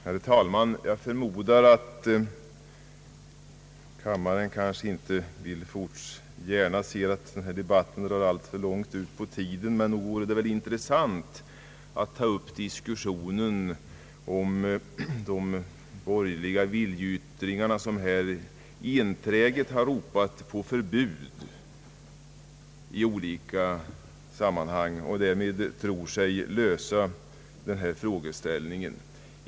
Herr talman! Jag förmodar att kammaren inte gärna ser att denna debatt drar alltför långt ut på tiden. Men nog vore det intressant att ta upp en diskussion om de borgerliga ledamöternas viljeyttringar vilka här enträget krävt förbud i olika sammanhang för att, som man tror, lösa denna fråga.